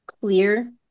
clear